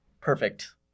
perfect